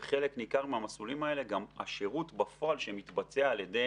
וחלק ניכר מהמסלולים האלה גם השירות בפועל שמתבצע על ידי